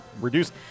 reduce